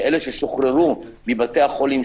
של אלה ששוחררו מבתי החולים,